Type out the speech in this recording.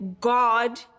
God